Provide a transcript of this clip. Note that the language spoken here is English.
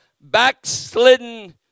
backslidden